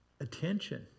attention